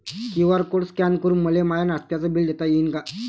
QR code scan करून मले माय नास्त्याच बिल देता येईन का?